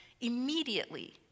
immediately